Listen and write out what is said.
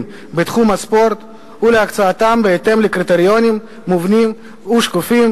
בתחום הספורט ולהקצאתם בהתאם לקריטריונים מובנים ושקופים